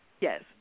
Yes